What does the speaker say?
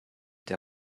der